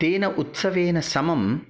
तेन उत्सवेन समं